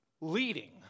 leading